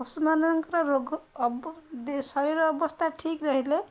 ପଶୁମାନଙ୍କର ରୋଗ ଶରୀର ଅବସ୍ଥା ଠିକ ରହିଲେ